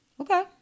Okay